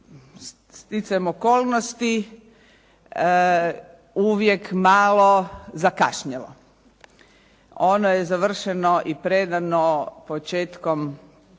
stjecajem okolnosti uvijek malo zakašnjelo. Ono je završeno i predano početkom